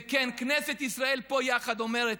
וכן, כנסת ישראל פה יחד אומרת: